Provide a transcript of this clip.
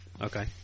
Okay